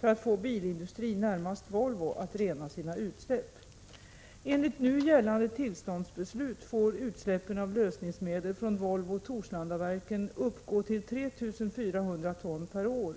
för att få bilindustrin, närmast Volvo, att rena sina utsläpp. Enligt gällande tillståndsbeslut får utsläppen av lösningsmedel från Volvo-Torslandaverken uppgå till 3 400 ton år.